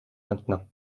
maintenant